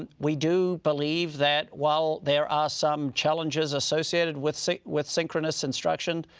and we do believe that while there are some challenges associated with so with synchronous instruction,